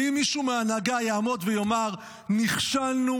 האם מישהו מההנהגה יעמוד ויאמר: נכשלנו